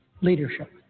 leadership